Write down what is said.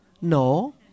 No